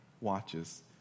watches